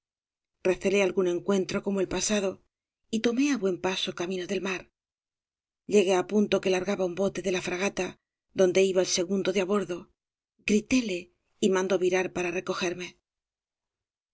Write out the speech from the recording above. recelé algún encuentro como el pasado y tomé á buen paso camino del mar llegué á punto que largaba un bote de la fragata donde iba el segundo de á bordo gritéle y mandó virar para recogerme